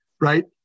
right